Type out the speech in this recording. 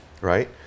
Right